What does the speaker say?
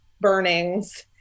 burnings